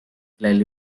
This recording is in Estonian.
kellel